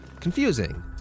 confusing